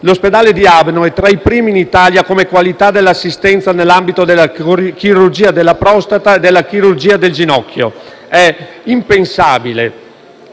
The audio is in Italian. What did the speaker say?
l'ospedale di Abano è tra i primi in Italia come qualità dell'assistenza nell'ambito della chirurgia della prostata e della chirurgia del ginocchio. È impensabile